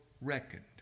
reckoned